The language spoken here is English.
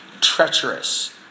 treacherous